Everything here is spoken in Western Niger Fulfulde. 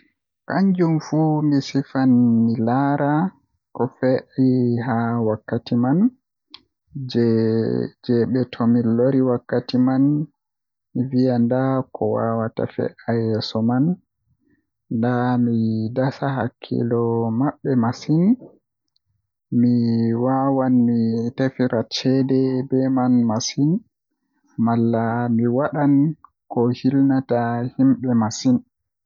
Kanjum fu mi sifan mi lara ko fe'e haa wakkati man jeɓa tomin Lori wakkati man mi viya nda ko waawata fe'a yeeso man, Nden mi dasa hakkiilo mabɓe masin mi wawan mi tefa ceede be Man malla mi wadan ko hilnata be masin.